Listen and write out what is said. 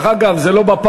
דרך אגב, זה לא בפרשנות,